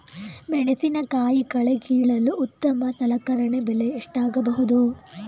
ಮೆಣಸಿನಕಾಯಿ ಕಳೆ ಕೀಳಲು ಉತ್ತಮ ಸಲಕರಣೆ ಬೆಲೆ ಎಷ್ಟಾಗಬಹುದು?